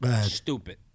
Stupid